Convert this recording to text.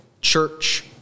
church